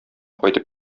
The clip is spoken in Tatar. кайтып